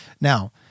Now